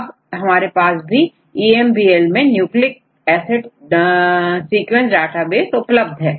अब हमारे पास भीEMBL मैं न्यूक्लिक एसिड सीक्वेंस डाटाबेस उपलब्ध है